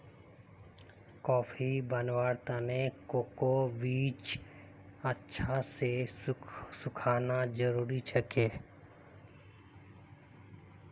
coffee बनव्वार त न कोकोआ बीजक अच्छा स सुखना जरूरी छेक